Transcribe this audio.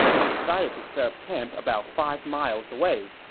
they decided to set up camp about five miles away.